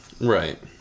right